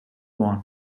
won